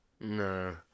no